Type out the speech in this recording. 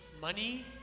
money